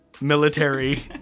military